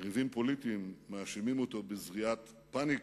יריבים פוליטיים מאשימים אותו בזריעת פניקה,